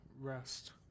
rest